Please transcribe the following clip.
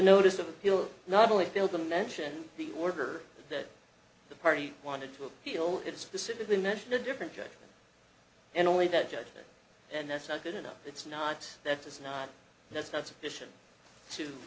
notice of appeal not only failed to mention the order that the party wanted to appeal it specifically mentioned a different judge and only that judge and that's not good enough it's not that there's no that's not sufficient to